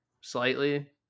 slightly